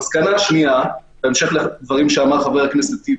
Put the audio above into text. המסקנה השנייה, בהמשך לדברים שאמר חבר הכנסת טיבי,